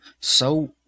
SO—